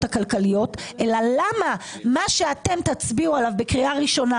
הכלכליות אלא למה מה שאתם תצביעו עליו בקריאה ראשונה